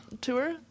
tour